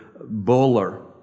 Bowler